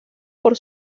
por